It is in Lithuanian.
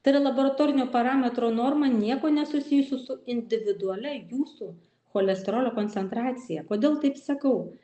tai yra laboratorinio parametro norma niekuo nesusijusi su individualia jūsų cholesterolio koncentracija kodėl taip sakau